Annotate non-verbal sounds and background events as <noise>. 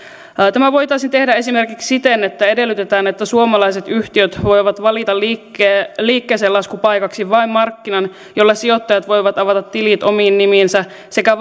tämä voitaisiin tehdä esimerkiksi siten että edellytetään että suomalaiset yhtiöt voivat valita liikkeellelaskupaikaksi vain markkinan jolla sijoittajat voivat avata tilit omiin nimiinsä sekä <unintelligible>